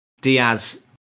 Diaz